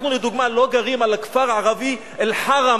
אנחנו, לדוגמה, לא גרים על הכפר הערבי אל-חרם,